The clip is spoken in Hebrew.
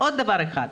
עוד דבר אחד,